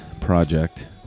project